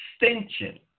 extension